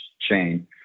chain